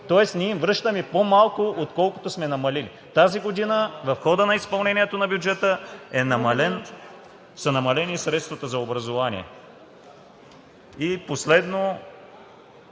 Тоест ние им връщаме по-малко, отколкото сме намалили. Тази година в хода на изпълнението на бюджета са намалени средствата за образование. Последно,